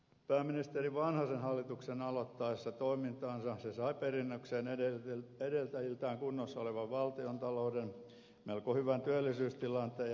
pääministeri vanhasen hallituksen aloittaessa toimintansa se sai perinnökseen edeltäjiltään kunnossa olevan valtiontalouden melko hyvän työllisyystilanteen ja niin edelleen